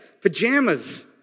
Pajamas